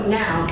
now